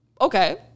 Okay